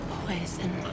poison